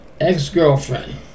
ex-girlfriend